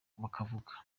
bakavuga